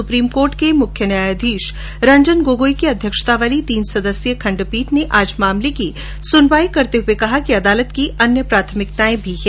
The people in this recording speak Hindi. सुप्रीम कोर्ट के मुख्य न्यायाधीश रंजन गोगोई की अध्यक्षता वाली तीन सदस्यीय खण्डपीठ र्न आज मामले की सुनवाई करते हुए कहा कि अदालत की अन्य प्राथमिकताएं भी हैं